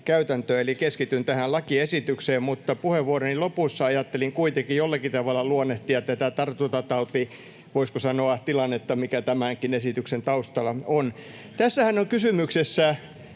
eli keskityn tähän lakiesitykseen. Mutta puheenvuoroni lopussa ajattelin kuitenkin jollakin tavalla luonnehtia tätä, voisiko sanoa, tartuntatautitilannetta, mikä tämänkin esityksen taustalla on. Tässähän on kysymyksessä